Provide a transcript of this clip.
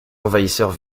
envahisseurs